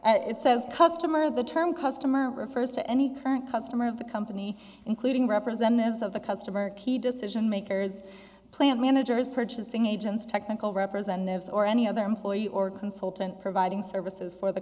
at it says customer the term customer refers to any current customer of the company including representatives of the customer key decision makers plant managers purchasing agents technical representatives or any other employee or consultant providing services for the